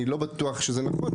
אני לא בטוח שזה נכון,